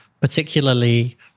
particularly